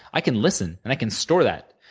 i can listen and i can store that,